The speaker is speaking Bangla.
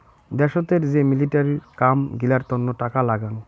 দ্যাশোতের যে মিলিটারির কাম গিলার তন্ন টাকা লাগাং